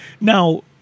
Now